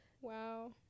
wow